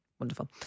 Wonderful